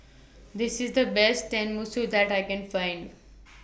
This IS The Best Tenmusu that I Can Find